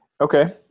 Okay